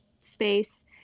space